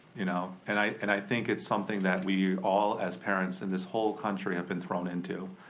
you know and i and i think it's something that we all as parents in this whole country have been thrown into.